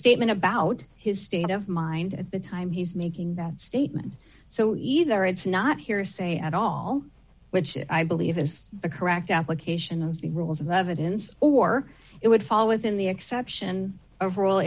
statement about his state of mind at the time he's making that statement so either it's not hearsay at all which i believe is the correct application of the rules of evidence or it would fall within the exception overall